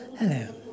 Hello